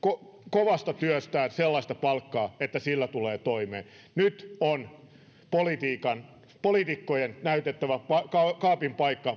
kovasta työstään sellaista palkkaa että sillä tulee toimeen nyt on poliitikkojen näytettävä kaapin paikka